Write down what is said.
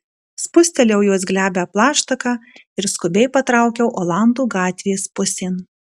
spustelėjau jos glebią plaštaką ir skubiai patraukiau olandų gatvės pusėn